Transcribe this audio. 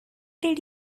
did